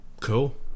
Cool